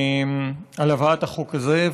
על הבאת החוק הזה.